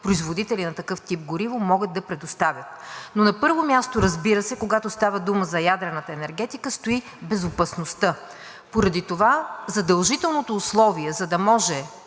производители на такъв тип гориво могат да предоставят. Но на първо място, разбира се, когато става дума за ядрената енергетика, стои безопасността. Поради това задължителното условие, за да може